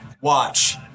Watch